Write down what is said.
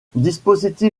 dispositif